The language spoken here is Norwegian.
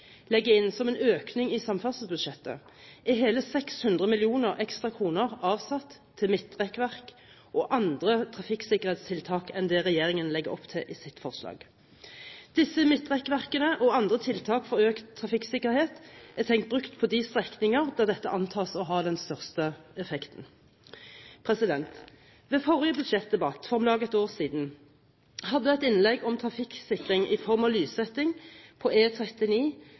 inn som en økning i samferdselsbudsjettet, er hele 600 mill. ekstra kroner avsatt til midtrekkverk og andre trafikksikkerhetstiltak utover det regjeringen legger opp til i sitt forslag. Disse midtrekkverkene og andre tiltak for økt trafikksikkerhet er tenkt brukt på de strekninger der dette antas å ha den største effekten. Ved forrige budsjettdebatt, for om lag et år siden, hadde jeg et innlegg om trafikksikring i form av lyssetting på